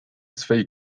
swej